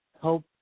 help